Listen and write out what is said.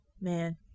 man